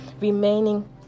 remaining